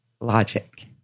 logic